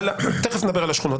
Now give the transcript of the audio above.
תיכף נדבר על השכונות.